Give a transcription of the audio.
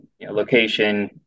location